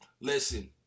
listen